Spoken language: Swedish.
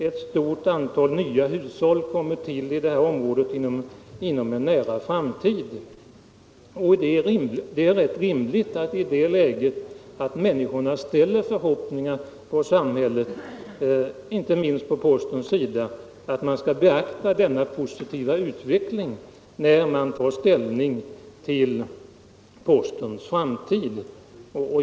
Ett stort antal nya hushåll kommer till i området inom en nära framtid. Det är rätt rimligt att människorna i det läget ställer förhoppningar på att samhället, inte minst när det gäller posten, skall beakta denna positiva utveckling vid ställningstagande till postens framtid.